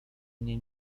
mnie